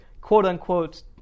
quote-unquote